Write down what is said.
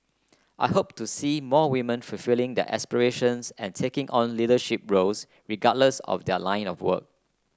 I hope to see more women fulfilling their aspirations and taking on leadership roles regardless of their line of work